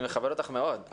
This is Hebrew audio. אני מכבד אותך מאוד,